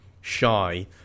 shy